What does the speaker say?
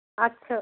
আচ্ছা